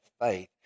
faith